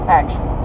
action